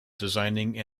designing